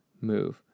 move